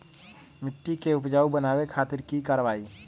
मिट्टी के उपजाऊ बनावे खातिर की करवाई?